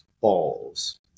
balls